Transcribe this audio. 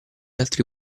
altri